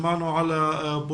שמענו על הפורטל,